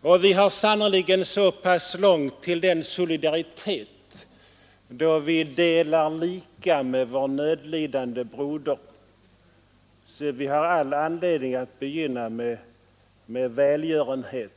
Och vi har sannerligen så pass långt kvar till den solidaritet då vi delar lika med våra nödlidande bröder, att vi har all anledning att begynna med välgörenhet.